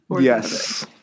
Yes